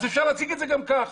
אז אפשר להציג את זה גם כך.